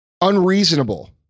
unreasonable